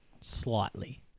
slightly